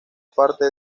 parte